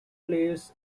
players